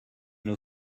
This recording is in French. nos